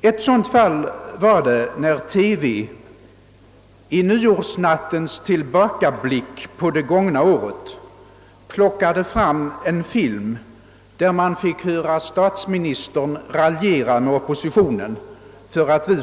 Ett sådant fall var det när TV i nyårsnattens tillbakablick på det gångna året plockade fram en film där man fick höra statsministern raljera med oppositionen för att vi